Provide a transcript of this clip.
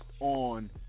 on